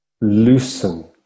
Loosen